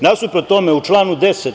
Nasuprot tome, u članu 10.